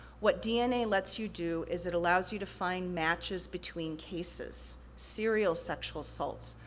what dna lets you do, is it allows you to find matches between cases, serial sexual assaults,